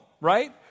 right